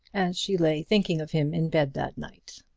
as she lay thinking of him in bed that night.